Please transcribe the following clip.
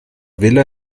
vila